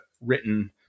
written